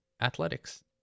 athletics